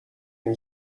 این